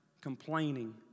complaining